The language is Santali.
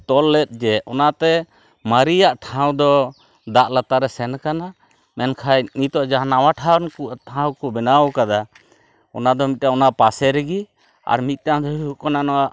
ᱛᱚᱞ ᱞᱮᱫ ᱡᱮ ᱚᱱᱟᱛᱮ ᱢᱟᱨᱮᱭᱟᱜ ᱴᱷᱟᱶᱫᱚ ᱫᱟᱜ ᱞᱟᱛᱟᱨ ᱨᱮ ᱥᱮᱱ ᱟᱠᱟᱱᱟ ᱢᱮᱱᱠᱷᱟᱱ ᱱᱤᱛᱚᱜ ᱡᱟᱦᱟᱸ ᱱᱟᱣᱟ ᱴᱷᱟᱶᱠᱚ ᱵᱮᱱᱟᱣ ᱟᱠᱟᱫᱟ ᱚᱱᱟᱫᱚ ᱢᱤᱫᱴᱟᱝ ᱚᱱᱟ ᱯᱟᱥᱮᱨᱮ ᱜᱮ ᱟᱨ ᱢᱤᱫᱴᱟᱝᱫᱚ ᱦᱩᱭᱩᱜ ᱠᱟᱱᱟ ᱱᱚᱣᱟ